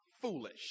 foolish